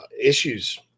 issues